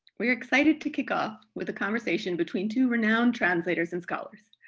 we're excited to kick off with a conversation between two renowned translators and scholars,